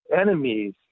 enemies